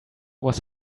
was